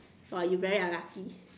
!wah! you very unlucky